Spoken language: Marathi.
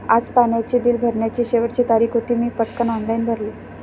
आज पाण्याचे बिल भरण्याची शेवटची तारीख होती, मी पटकन ऑनलाइन भरले